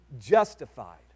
justified